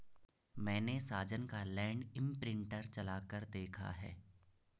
मैने साजन का land imprinter चलाकर देखा है